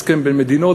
הסכם בין מדינות,